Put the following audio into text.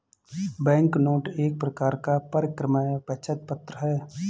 banknote एक प्रकार का परक्राम्य वचन पत्र है